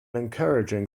encouraging